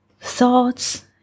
thoughts